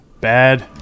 bad